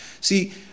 See